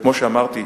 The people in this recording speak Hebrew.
וכמו שאמרתי,